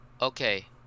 Okay